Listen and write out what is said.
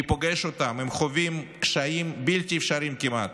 אני פוגש אותם, הם חווים קשיים בלתי אפשריים כמעט.